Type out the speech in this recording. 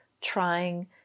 trying